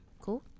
Cool